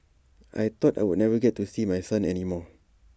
I thought I would never get to see my son any more